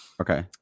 Okay